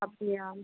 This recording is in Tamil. அப்படியா